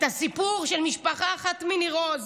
את הסיפור של משפחה אחת בניר עוז.